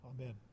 Amen